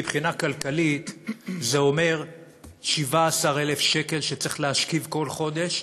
מבחינה כלכלית זה אומר 17,000 שקל שצריך להשכיב כל חודש,